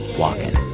walkin'